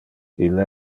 ille